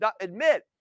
admit